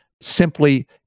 simply